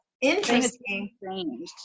interesting